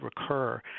recur